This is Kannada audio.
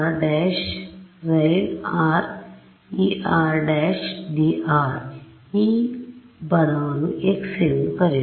k02 ∫ Gr r′χr′Er′dr′ ಈ ಪದವನ್ನು X ಎಂದು ಕರೆಯುವ